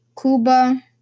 Cuba